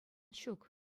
ҫук